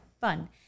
fun